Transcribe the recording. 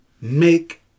make